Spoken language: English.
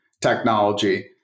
technology